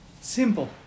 simple